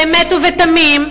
באמת ובתמים,